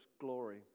glory